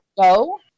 go